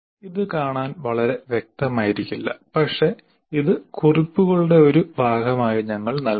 ഇത് കാണാൻ വളരെ വ്യക്തമായിരിക്കില്ല പക്ഷേ ഇത് കുറിപ്പുകളുടെ ഒരു ഭാഗമായി ഞങ്ങൾ നൽകും